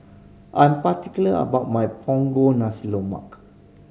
I'm particular about my punggol nasi